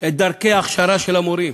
את דרכי ההכשרה של המורים.